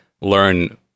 learn